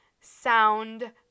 sound